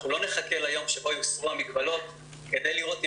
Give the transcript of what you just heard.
אנחנו לא נחכה ליום שבו יוסרו המגבלות כדי לראות אם